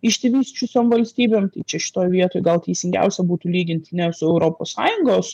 išsivysčiusiom valstybėm tai čia šitoj vietoj gal teisingiausia būtų lyginti ne su europos sąjungos